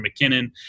McKinnon